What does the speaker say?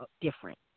different